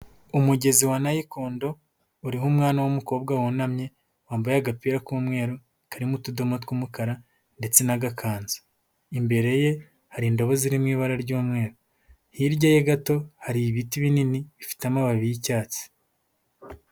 Umugezi wa nayikondo uriho umwana w'umukobwa wunamye wambaye agapira k'umweru karimo utudoma tw'umukara ndetse n'agakanzu, imbere ye hari indabo zirimo ibara ry'umweru, hirya ye gato hari ibiti binini bifite amababi y'icyatsi.